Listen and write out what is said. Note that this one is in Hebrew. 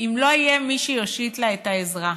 אם לא יהיה מי שיושיט לה את העזרה?